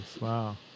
Wow